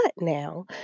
now